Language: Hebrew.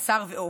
בשר ועוף,